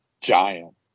giant